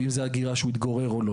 ואם זו הדירה שהוא מתגורר בה או לא,